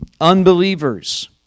unbelievers